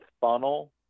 funnel